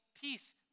peace